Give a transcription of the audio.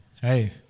hey